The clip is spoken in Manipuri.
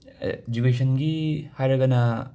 ꯑꯦꯖꯨꯒꯦꯁꯟꯒꯤ ꯍꯥꯏꯔꯒꯅ